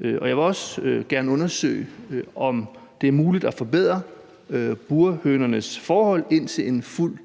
og jeg vil også gerne undersøge, om det er muligt at forbedre burhønernes forhold, indtil en fuld